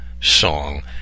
song